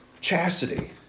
chastity